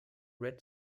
red